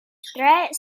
threat